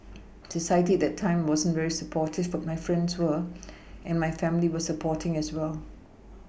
society at that time wasn't very supportive but my friends were and my family were supporting as well